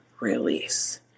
release